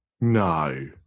No